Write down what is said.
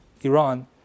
Iran